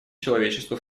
человечеству